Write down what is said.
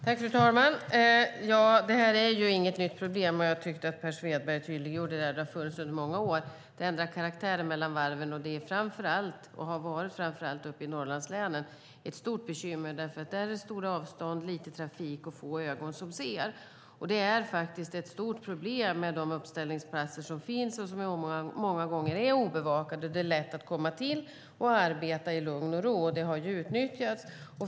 Fru talman! Detta är inget nytt problem; jag tyckte att Per Svedberg tydliggjorde det. Det har funnits under många år. Det ändrar karaktär mellan varven, och det är och har varit ett stort bekymmer framför allt uppe i Norrlandslänen eftersom det där är stora avstånd, lite trafik och få ögon som ser. Det är faktiskt ett stort problem med de uppställningsplatser som finns och som många gånger är obevakade. Det är lätt att komma till och arbeta i lugn och ro, vilket har utnyttjats.